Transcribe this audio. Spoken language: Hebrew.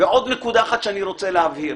ועוד נקודה שאני רוצה להבהיר.